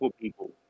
people